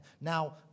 Now